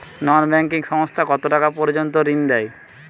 নন banking সংস্থা কতটাকা পর্যন্ত ঋণ দেয়?